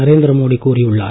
நரேந்திர மோடி கூறியுள்ளார்